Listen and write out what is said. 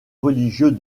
religieux